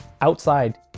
outside